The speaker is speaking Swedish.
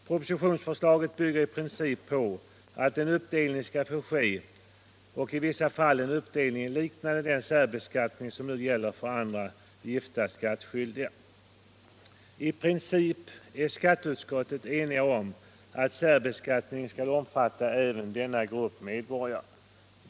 Propositionsförslaget bygger i princip på att en uppdelning skall få göras, i vissa fall liknande den särbeskattning som gäller för andra gifta skattskyldiga. I princip är skatteutskottet enigt om att särbeskattning skall omfatta även denna grupp medborgare.